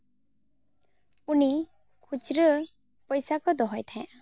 ᱩᱱᱤ ᱠᱷᱩᱪᱨᱟᱹ ᱯᱚᱭᱥᱟ ᱠᱚᱭ ᱫᱚᱦᱚᱭ ᱛᱟᱦᱮᱸᱜ